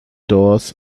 doors